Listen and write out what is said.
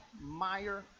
Meyer